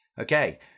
Okay